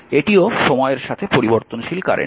এটিও সময়ের সাথে পরিবর্তনশীল কারেন্ট